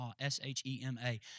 S-H-E-M-A